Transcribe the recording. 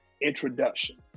introduction